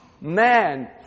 man